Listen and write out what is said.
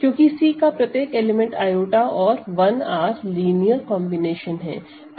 क्योंकि C का प्रत्येक एलिमेंट i और 1 R लीनियर कॉम्बिनेशन है